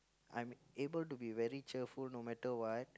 I'm able to be very cheerful no matter what